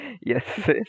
yes